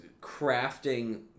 crafting